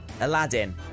aladdin